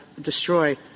destroy